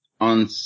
on